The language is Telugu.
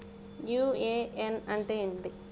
యు.ఎ.ఎన్ అంటే ఏంది?